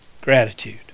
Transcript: gratitude